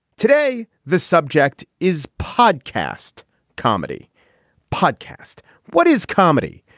today the subject is podcast comedy podcast what is comedy.